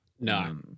No